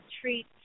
treat